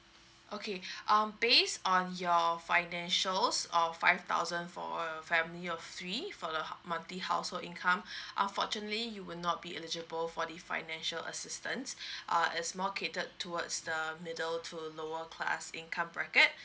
okay um based on your financials of five thousand for a family of three for the monthly household income unfortunately you will not be eligible for the financial assistance uh it's more catered towards the middle to lower class income bracket